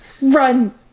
run